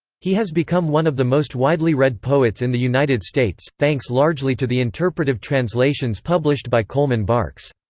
he has become one of the most widely read poets in the united states, thanks largely to the interpretative translations published by coleman barks.